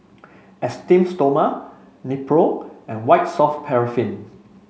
Esteem Stoma Nepro and White Soft Paraffin